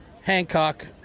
hancock